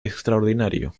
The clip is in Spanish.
extraordinario